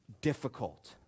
difficult